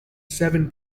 seven